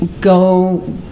go